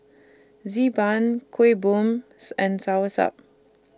Xi Ban Kuih Bom and Soursop